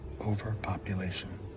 Overpopulation